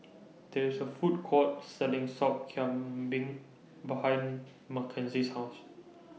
There IS A Food Court Selling Sop Kambing behind Makenzie's House